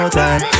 time